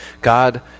God